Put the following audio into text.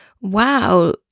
wow